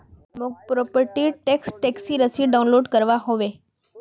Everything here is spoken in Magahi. मौक प्रॉपर्टी र टैक्स टैक्सी रसीद डाउनलोड करवा होवे